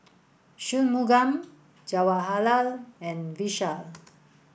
Shunmugam Jawaharlal and Vishal